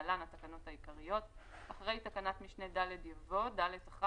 תקנה(להלן התקנות העיקריות) - 26א אחרי תקנת משנה (ד) יבוא "(ד1)